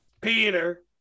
Peter